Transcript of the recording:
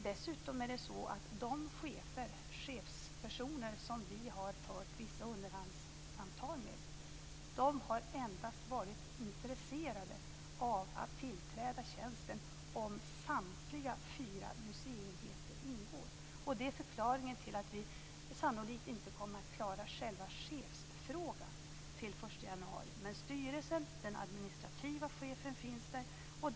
Dessutom är det så att de chefer eller chefspersoner som vi har fört vissa underhandssamtal med endast har varit intresserade av att tillträda tjänsten om samtliga fyra museienheter ingår. Det är förklaringen till att vi sannolikt inte kommer att klara själva chefsfrågan till den 1 januari. Men styrelsen och den administrativa chefen finns där.